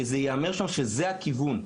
שייאמר שזהו הכיוון.